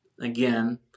again